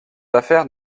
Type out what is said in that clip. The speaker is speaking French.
affaires